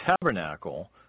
tabernacle